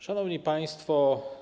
Szanowni Państwo!